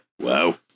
Wow